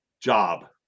Job